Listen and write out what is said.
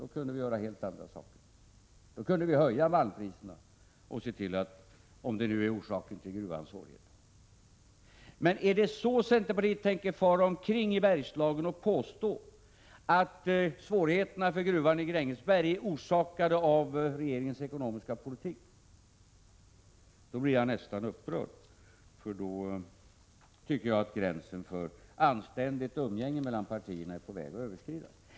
Då kunde vi göra helt andra saker, t.ex. höja malmpriserna, om de är orsaken till svårigheterna i gruvan. Om centerpartiet tänker fara omkring i Bergslagen och påstå att svårigheterna för gruvan i Grängesberg är orsakade av regeringens ekonomiska politik blir jag nästan upprörd, därför att då är gränsen för anständigt umgänge mellan partierna på väg att överskridas.